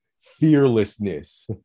fearlessness